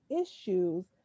issues